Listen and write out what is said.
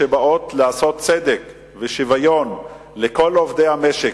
שבאות לעשות צדק ושוויון לכל עובדי המשק,